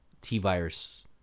T-Virus